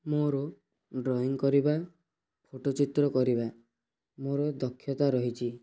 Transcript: ମୋର ଡ୍ରଇଂ କରିବା ଫଟୋ ଚିତ୍ର କରିବା ମୋର ଦକ୍ଷତା ରହିଛି